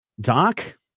Doc